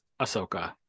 Ahsoka